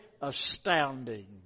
astounding